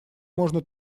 можно